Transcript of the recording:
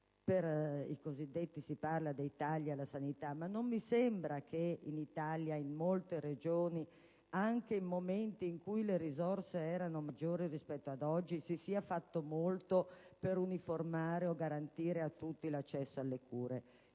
dei cosiddetti tagli alla sanità, ma non mi sembra che in Italia, in molte Regioni, anche in momenti in cui le risorse erano maggiori rispetto ad oggi, si sia fatto molto per uniformare o garantire a tutti l'accesso alle cure.